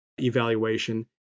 evaluation